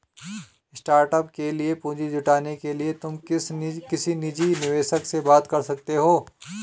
startup के लिए पूंजी जुटाने के लिए तुम किसी निजी निवेशक से बात कर सकते हो